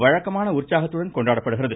வழக்கமான உற்சாகத்துடன் கொண்டாடப் படுகிறது